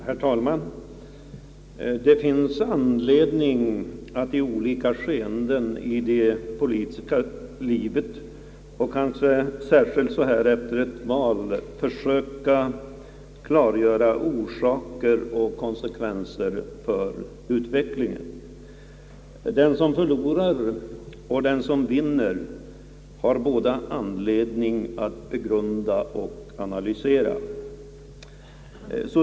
Herr talman! Det finns anledning att i olika skeenden i det politiska livet och kanske särskilt så här efter ett val försöka klargöra orsaker och konsekvenser i utvecklingen. Både den som förlorar och den som vinner har anledning att begrunda och analysera.